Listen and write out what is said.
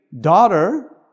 daughter